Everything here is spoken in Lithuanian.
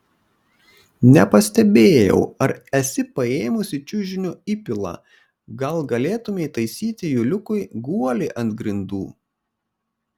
nepastebėjau ar esi paėmusi čiužinio įpilą gal galėtumei taisyti juliukui guolį ant grindų